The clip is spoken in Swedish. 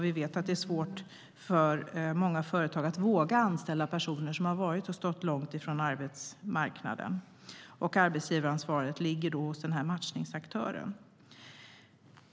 Vi vet att det är svårt för många företag att våga anställa personer som har stått långt från arbetsmarknaden. Arbetsgivaransvaret ligger då hos matchningsaktören.